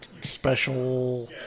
special